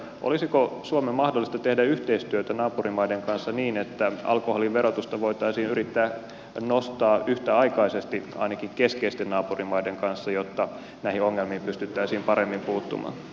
olisiko suomen mahdollista tehdä yhteistyötä naapurimaiden kanssa niin että alkoholin verotusta voitaisiin yrittää nostaa yhtäaikaisesti ainakin keskeisten naapurimaiden kanssa jotta näihin ongelmiin pystyttäisiin paremmin puuttumaan